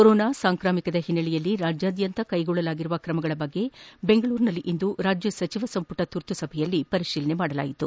corona ಸಾಂಕ್ರಾಮಿಕದ ಹಿನ್ನೆಲೆಯಲ್ಲಿ ರಾಜ್ಯಾದ್ಯಂತ ಕೈಗೊಳ್ಳಲಾಗಿರುವ ಕ್ರಮಗಳ ಬಗ್ಗೆ ಬೆಂಗಳೂರಿನಲ್ಲಿಂದು ನಡೆದ ರಾಜ್ಯ ಸಚಿವ ಸಂಪುಟ ತುರ್ತುಸಭೆಯಲ್ಲಿ ಪರಿಶೀಲಿಸಲಾಯಿತು